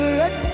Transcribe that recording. let